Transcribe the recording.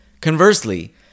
Conversely